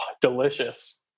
delicious